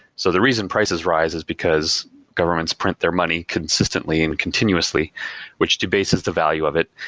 so the reason prices rise is because governments print their money consistently and continuously which debases the value of it.